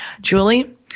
Julie